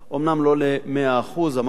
אומנם לא ל-100% אמרנו,